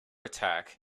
attack